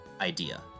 idea